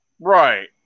right